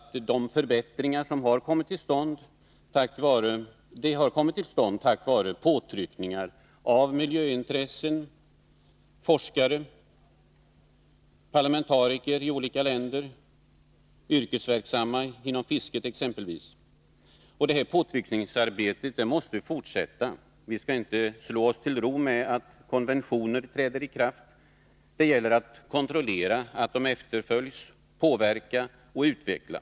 De förbättringar som har ägt rum har kommit till stånd tack vare påtryckningar av miljöintressen, forskare, parlamentariker i olika länder och yrkesverksamma inom exempelvis fisket. Detta påtryckningsarbete måste fortsätta. Vi skall inte slå oss till ro med att konventioner träder i kraft. Det gäller också att kontrollera att de efterlevs och utvecklas.